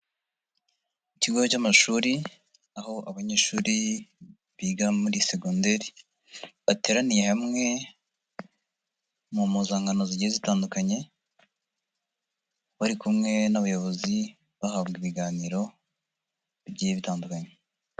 Ikigo cy'amashuri, aho abanyeshuri biga muri segonderi, bateraniye hamwe mu mpuzangano zigiye zitandukanye, bari kumwe n'abayobozi, bahabwa ibiganiro bigiye bitandukanye.